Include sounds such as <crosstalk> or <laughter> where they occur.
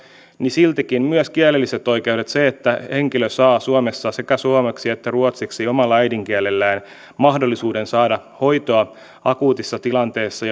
niin siltikin myös kielelliset oikeudet se että henkilö saa suomessa sekä suomeksi että ruotsiksi omalla äidinkielellään mahdollisuuden saada hoitoa akuutissa tilanteessa <unintelligible>